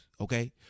Okay